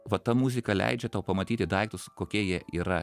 va ta muzika leidžia tau pamatyti daiktus kokie jie yra